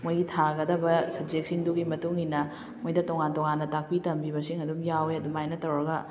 ꯃꯣꯏꯒꯤ ꯊꯥꯒꯗꯕ ꯁꯞꯖꯦꯛꯁꯤꯡꯗꯨꯒꯤ ꯃꯇꯨꯡ ꯏꯟꯅ ꯃꯣꯏꯗ ꯇꯣꯉꯥꯟ ꯇꯣꯉꯥꯟꯅ ꯇꯥꯛꯄꯤ ꯇꯝꯕꯤꯕꯁꯤꯡ ꯑꯗꯨꯝ ꯌꯥꯎꯋꯦ ꯑꯗꯨꯃꯥꯏꯅ ꯇꯧꯔꯒ